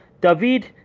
David